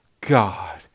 God